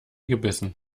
gebissen